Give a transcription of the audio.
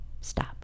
stop